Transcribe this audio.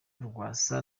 rwasa